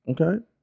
okay